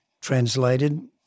translated